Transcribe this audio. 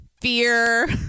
fear